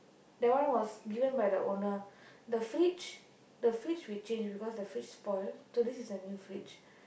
that one was given by the owner the fridge the fridge we change because the fridge spoil so this is a new fridge